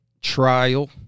trial